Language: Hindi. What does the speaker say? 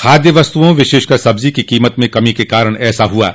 खाद्य वस्तुओं विशेषकर सब्जी की कीमत में कमी के कारण ऐसा हुआ है